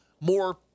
more